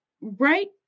right